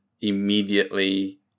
immediately